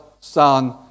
Son